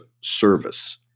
service